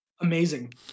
Amazing